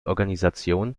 organisation